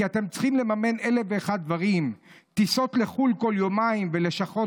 כי אתם צריכים לממן אלף ואחד דברים: / טיסות לחו"ל כל יומיים ולשכות